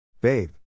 Babe